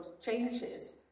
changes